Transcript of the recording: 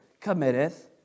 committeth